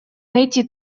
найти